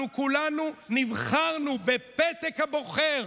אנחנו כולנו נבחרנו בפתק הבוחר.